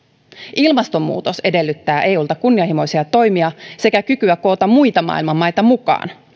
ilmastonmuutos edellyttää eulta kunnianhimoisia toimia sekä kykyä koota muita maailman maita mukaan